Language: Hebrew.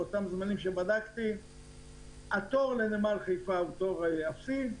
בזמנים שאני בדקתי התור לנמל חיפה היה תור אפסי.